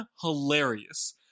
hilarious